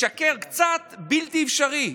לשקר קצת, בלתי אפשרי,